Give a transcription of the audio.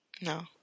No